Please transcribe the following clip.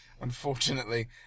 unfortunately